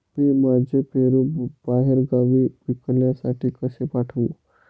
मी माझे पेरू बाहेरगावी विकण्यासाठी कसे पाठवू?